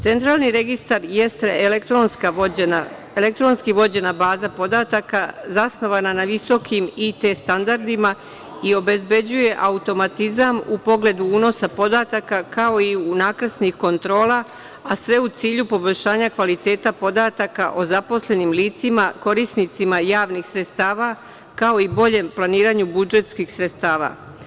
Centralni registar jeste elektronski vođena baza podataka zasnovana na visokim IT standardima i obezbeđuje automatizam u pogledu unosa podataka, kao i unakrsnih kontrola, a sve u cilju poboljšanja kvaliteta podataka o zaposlenim licima, korisnicima javnih sredstava, kao i boljem planiranju budžetskih sredstava.